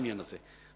לעניין הזה,